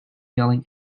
yelling